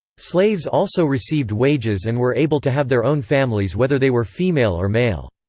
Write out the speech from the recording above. slaves also received wages and were able to have their own families whether they were female or male.